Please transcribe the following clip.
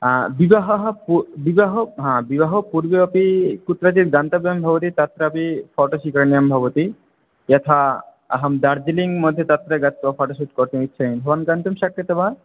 हा विवाहः विवाहः विवाह पुर्वे अपि कुत्रचित् गन्तव्यं भवति तत्रापि फ़ोटो स्वीकरणीयं भवति यथा अहं डार्जेलिङ्ग् मध्ये तत्र गत्वा फ़ोटोशूट् कर्तुमिच्छामि भवान् गन्तुं शक्यते वा